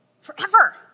forever